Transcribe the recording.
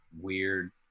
weird